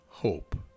hope